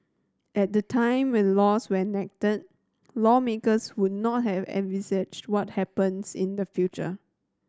at the time when laws when enacted lawmakers would not have envisaged what happens in the future